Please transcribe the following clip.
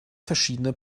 verschiedene